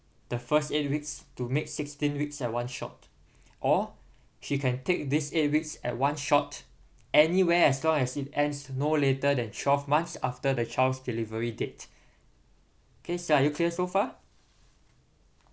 the first eight weeks to make sixteen weeks at once shot or she can take this eight weeks at one shot anywhere as long as it ends no later than twelve months after the child's delivery date okay sir are you clear so far